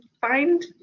find